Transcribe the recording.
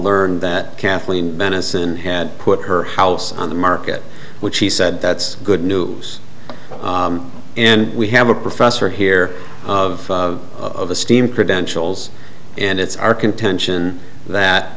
learned that kathleen madison had put her house on the market which she said that's good news and we have a professor here of the steam credentials and it's our contention that